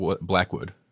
Blackwood